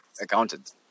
accountant